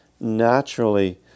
naturally